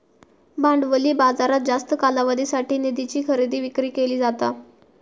भांडवली बाजारात जास्त कालावधीसाठी निधीची खरेदी विक्री केली जाता